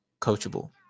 coachable